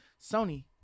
Sony